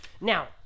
Now